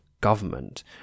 government